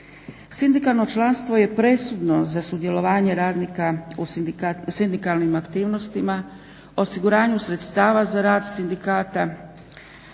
Sindikalno članstvo je presudno za sudjelovanje radnika u sindikalnim aktivnostima, osiguranju sredstava za rad sindikata,